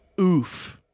Oof